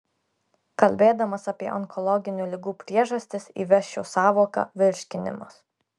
kalbėdamas apie onkologinių ligų priežastis įvesčiau sąvoką virškinimas